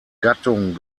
gattung